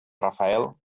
rafael